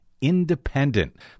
independent